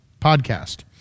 podcast